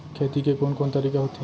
खेती के कोन कोन तरीका होथे?